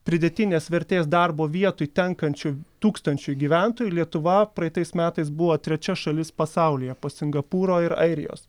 pridėtinės vertės darbo vietai tenkančių tūkstančiui gyventojų lietuva praeitais metais buvo trečia šalis pasaulyje po singapūro ir airijos